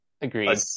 Agreed